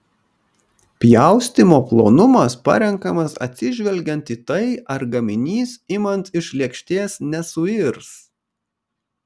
pjaustymo plonumas parenkamas atsižvelgiant į tai ar gaminys imant iš lėkštės nesuirs